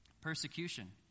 Persecution